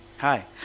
Hi